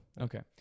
Okay